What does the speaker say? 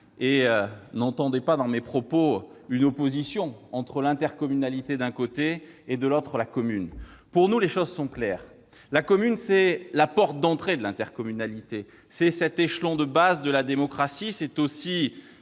N'entendez pas dans mes propos une opposition entre l'intercommunalité d'un côté et la commune de l'autre ; pour nous, les choses sont claires : la commune, c'est la porte d'entrée de l'intercommunalité, l'échelon de base de la démocratie, le lieu